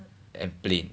and plain